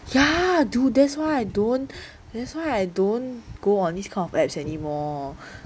yeah dude that's why I don't that's why I don't go on this kind of apps anymore